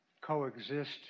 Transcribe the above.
coexist